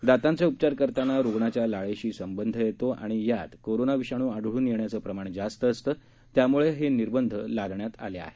दातांचे उपचार करताना रुग्णांच्या लाळेशी संबंध येतो आणि यात कोरोना विषाणू आढळून येण्याचं प्रमाण जास्त असतं त्यामुळं हे निर्बंध लादण्यात आले आहेत